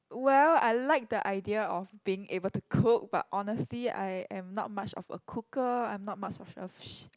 well I like the idea of being able to cook but honestly I am not much of a cooker I'm not much of a